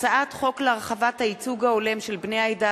הצעת חוק להרחבת הייצוג ההולם של בני העדה